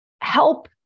help